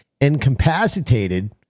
incapacitated